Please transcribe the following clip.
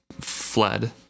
fled